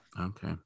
okay